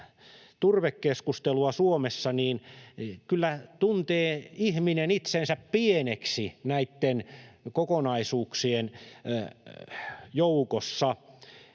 turvekeskustelua Suomessa, kyllä tuntee ihminen itsensä pieneksi näiden kokonaisuuksien joukossa.